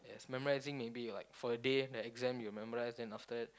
memorizing maybe you like per day the exam you memorize then after that